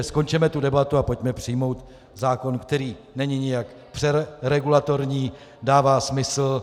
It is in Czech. Skončeme tu debatu a pojďme přijmout zákon, který není nijak přeregulatorní, dává smysl.